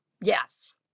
yes